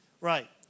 Right